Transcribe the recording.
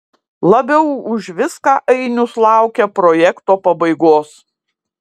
labiau už viską ainius laukia projekto pabaigos